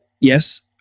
Yes